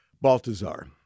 baltazar